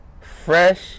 fresh